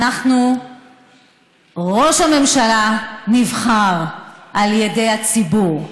ראש הממשלה נבחר על ידי הציבור.